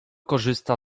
korzysta